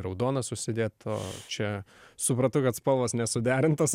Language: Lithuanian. raudonas užsidėt o čia supratau kad spalvos nesuderintos